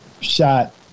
shot